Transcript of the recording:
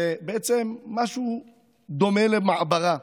ובעצם משהו דומה למעברה.